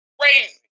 crazy